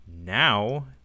now